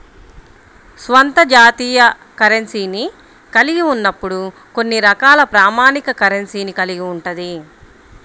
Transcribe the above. స్వంత జాతీయ కరెన్సీని కలిగి ఉన్నప్పుడు కొన్ని రకాల ప్రామాణిక కరెన్సీని కలిగి ఉంటది